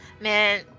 man